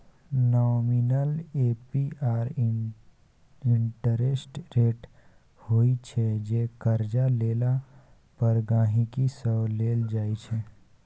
nominal APR interest rate होइ छै जे करजा लेला पर गांहिकी सँ लेल जाइ छै